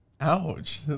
Ouch